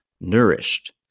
nourished